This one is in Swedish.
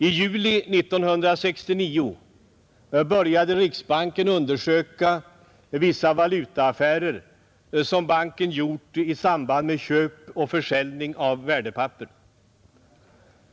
I juli 1969 började riksbanken undersöka vissa valutaaffärer som banken gjort i samband med köp och försäljning av värdepapper.